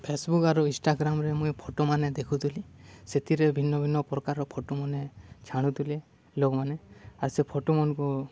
Facebook ଆରୁ ଇନ୍ଷ୍ଟାଗ୍ରାମ୍ରେ ମୁଇଁ ଫଟୋମାନେ ଦେଖୁଥିଲି ସେଥିରେ ଭିନ୍ନ ଭିନ୍ନ ପ୍ରକାରର ଫଟୋମାନେ ଛାଡ଼ୁଥିଲେ ଲୋକ୍ମାନେ ଆର୍ ସେ ଫଟୋମାନ୍କୁ